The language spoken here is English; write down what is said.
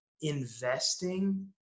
investing